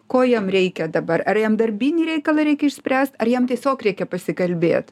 ko jam reikia dabar ar jam darbinį reikalą reikia išspręst ar jam tiesiog reikia pasikalbėt